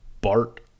Bart